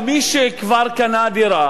מי שכבר קנה דירה